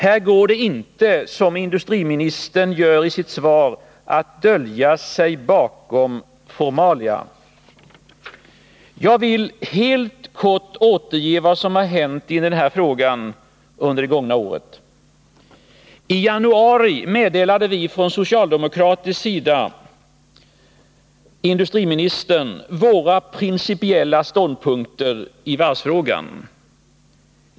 Här går det inte, som industriministern gör i sitt svar, att dölja sig bakom formalia. Jag vill helt kort återge vad som har hänt i den här frågan under det gångna året. I januari meddelade vi från socialdemokratisk sida industriministern våra principiella ståndpunkter i varvsfrågan.